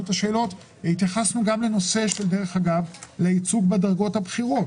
התייחסנו גם לייצוג בדרגות הבכירות,